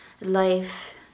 life